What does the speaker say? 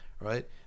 right